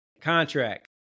contract